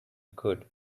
good